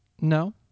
No